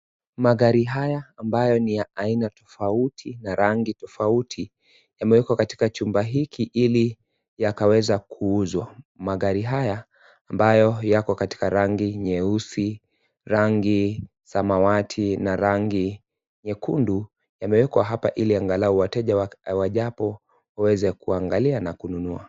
Magari haya ambayo ni ya aina tofauti na rangi tofauti, yameekwa katika chumba hiki ili yakaweza kuuzwa. Magari haya ambayo yako katika rangi nyeusi, rangi samawati na rangi nyekundu, yameekwa hapa ili angalau wateja wajapo waweze kuangalia na kununua.